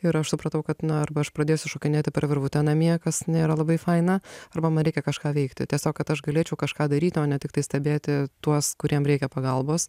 ir aš supratau kad na arba aš pradėsiu šokinėti per virvutę namie kas nėra labai faina arba man reikia kažką veikti tiesiog kad aš galėčiau kažką daryti o ne tiktai stebėti tuos kuriem reikia pagalbos